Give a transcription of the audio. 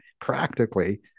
practically